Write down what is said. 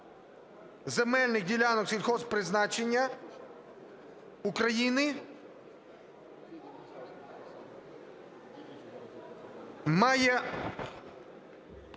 земельних ділянок сільгосппризначення України має